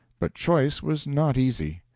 but choice was not easy.